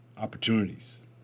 opportunities